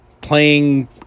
playing